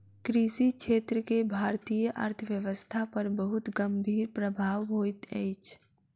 कृषि क्षेत्र के भारतीय अर्थव्यवस्था पर बहुत गंभीर प्रभाव होइत अछि